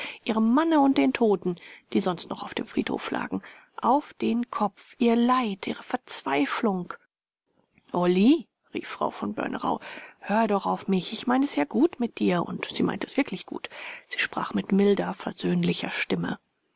ihrem manne und den toten die sonst noch auf dem friedhof lagen auf den kopf ihr leid ihre verzweiflung olly rief frau von börnerau hör doch auf mich ich mein es ja gut mit dir und sie meinte es wirklich gut sie sprach mit milder versöhnlicher stimme